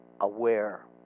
aware